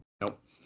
Nope